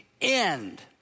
end